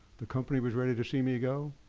the company was ready to see me go.